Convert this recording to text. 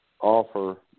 offer